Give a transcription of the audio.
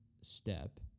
step